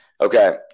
Okay